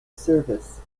service